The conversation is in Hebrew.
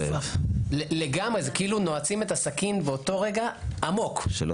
זה כאילו נועצים עמוק את הסכין באותו רגע ומסובבים.